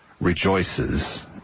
Rejoices